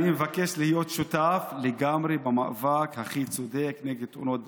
אני מבקש להיות שותף לגמרי במאבק הכי צודק נגד תאונות דרכים.